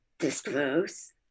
disclose